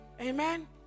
amen